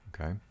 okay